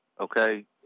okay